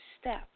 step